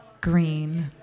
Green